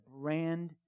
brand